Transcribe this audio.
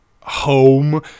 home